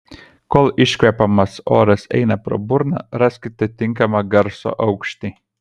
kol iškvepiamas oras eina pro burną raskite tinkamą garso aukštį